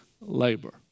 labor